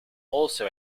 also